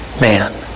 man